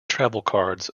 travelcards